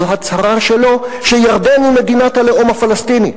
זו הצהרה שלו שירדן היא מדינת הלאום הפלסטיני.